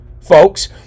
folks